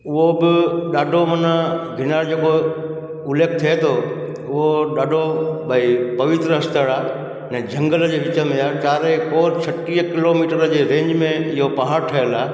उहो बि ॾाढो माना गिरनार जेको उलेख थिए थो उहो ॾाढो भई पवित्र स्थर आहे ऐं झंगल जे विच में आहे चार एकर छटीह किलोमीटर जे रेंज में आहिनि इहो पहाड़ ठहियलु आहे